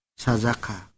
Sazaka